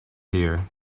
here